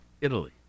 Italy